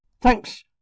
Thanks